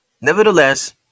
Nevertheless